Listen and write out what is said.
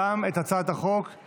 גם את הצעת החוק הזו